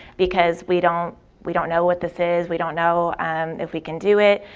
because we don't we don't know what this is, we don't know if we can do it.